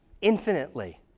infinitely